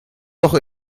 doch